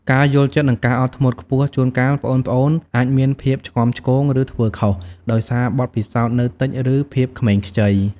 ការយល់ចិត្ត និងការអត់ធ្មត់ខ្ពស់ ជួនកាល ប្អូនៗអាចមានភាពឆ្គាំឆ្គង ឬធ្វើខុស ដោយសារបទពិសោធន៍នៅតិច ឬភាពក្មេងខ្ចី។